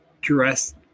dressed